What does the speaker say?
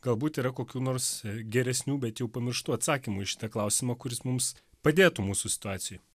galbūt yra kokių nors geresnių bet jau pamirštų atsakymų į šitą klausimą kuris mums padėtų mūsų situacijoj